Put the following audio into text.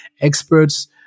experts